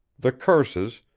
the curses,